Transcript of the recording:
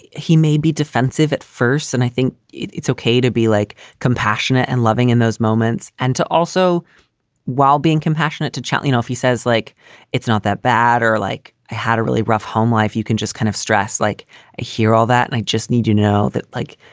he may be defensive at first, and i think it's okay to be like compassionate and loving in those moments and to also while being compassionate to cellino, if he says like it's not that bad or like i had a really rough home life, you can just kind of stress like here all that. and i just need, you know, that like.